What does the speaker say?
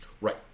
Right